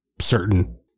certain